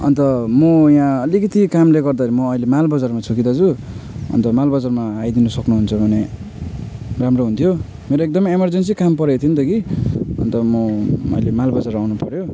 अन्त म यहाँ अलिकति कामले गर्दाखेरि म अहिले मालबजारमा छु कि दाजु अन्त मालबजारमा आइदिनु सक्नुहुन्छ भने राम्रो हुन्थ्यो मेरो एकदमै इमरजेन्सी काम परेको थियो नि त कि अन्त म अहिले मालबजार आउनुपऱ्यो